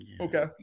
Okay